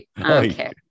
Okay